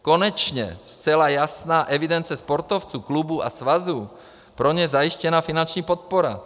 Konečně zcela jasná evidence sportovců, klubů a svazů, pro ně zajištěná finanční podpora.